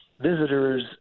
Visitors